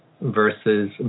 versus